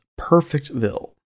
Perfectville